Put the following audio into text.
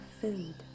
food